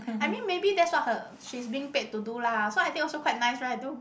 I mean maybe that's why her she's paying paid to do lah so I think also quite nice right